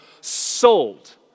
Sold